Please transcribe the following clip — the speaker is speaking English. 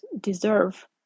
deserve